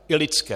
I lidském.